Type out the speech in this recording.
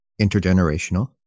intergenerational